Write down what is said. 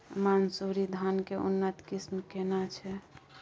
मानसुरी धान के उन्नत किस्म केना छै?